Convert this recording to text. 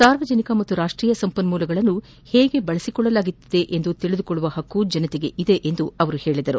ಸಾರ್ವಜನಿಕ ಮತ್ತು ರಾಷ್ವೀಯ ಸಂಪನ್ಮೂಲಗಳನ್ನು ಹೇಗೆ ಬಳಸಿಕೊಳ್ಳಲಾಗುತ್ತಿದೆ ಎಂದು ತೀದುಕೊಳ್ಳುವ ಹಕ್ಕು ಜನತೆಗೆ ಇದೆ ಎಂದು ಹೇಳಿದರು